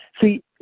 See